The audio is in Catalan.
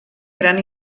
gran